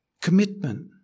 commitment